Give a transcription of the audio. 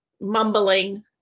mumbling